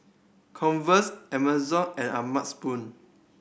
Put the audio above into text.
Converse Amazon and O'ma Spoon